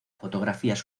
fotografías